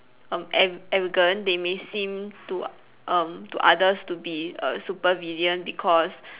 um ar~ arrogant they may seem to um to others to be a supervillain because